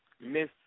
Miss